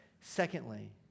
Secondly